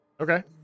Okay